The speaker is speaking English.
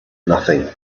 nothing